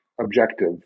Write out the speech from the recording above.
objective